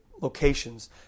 locations